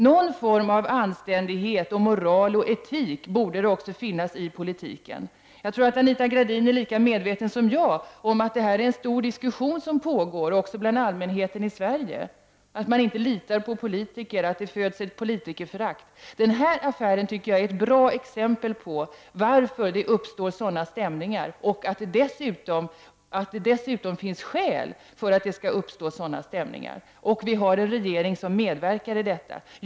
Någon form av anständighet, moral och etik borde det finnas också i politiken. Jag tror att Anita Gradin är lika medveten som jag om att det pågar stora diskussioner bland allmänheten i Sverige, att folk inte litar på politiker och att det föds ett politikerförakt. Den här affären är ett bra exempel på varför det uppstår sådana stämningar och att det dessutom finns skäl för att det uppstår sådana stämningar. Vi har en regering som medverkar i detta.